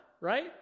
right